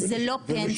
שזה לא פנסיה,